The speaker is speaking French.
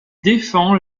défend